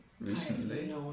recently